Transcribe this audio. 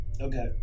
Okay